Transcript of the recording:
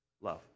love